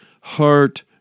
heart